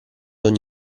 ogni